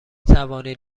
توانید